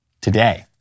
today